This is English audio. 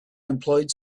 employed